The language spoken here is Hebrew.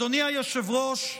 אדני היושב-ראש,